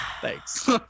Thanks